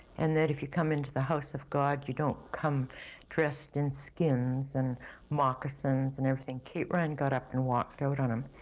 and that if you come into the house of god you don't come dressed in skins and moccasins and everything. kate ryan got up and walked out on him.